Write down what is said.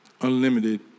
unlimited